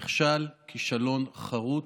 נכשל כישלון חרוץ.